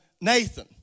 Nathan